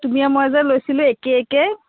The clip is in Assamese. তুমিয়ে ময়ে যে লৈছিলোঁ একে একেই